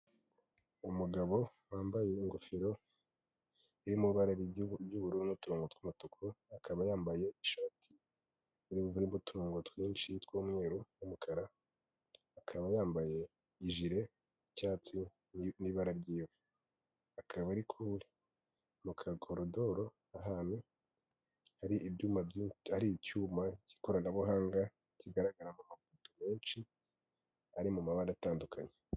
Umugabo wambaye ingofero iri mu ibara ry'ubururu n'uturongongo tw'umutuku, akaba yambaye ishati arimo uturongo twinshi tw'umweru n'umukara, akaba yambaye ijire y'icyatsi n'ibara ry'ifu akaba ari kuri mu kagodoro ahantu hari ibyuma byinshi ari icyuma cy'ikoranabuhanga kigaragaramo benshi ari mu mabara atandukanye.